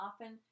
often